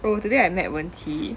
oh today I met wen qi